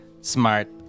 smart